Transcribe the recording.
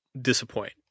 disappoint